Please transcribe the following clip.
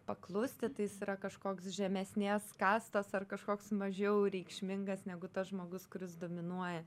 paklusti tai jis yra kažkoks žemesnės kastos ar kažkoks mažiau reikšmingas negu tas žmogus kuris dominuoja